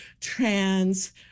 trans